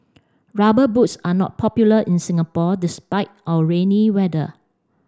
rubber boots are not popular in Singapore despite our rainy weather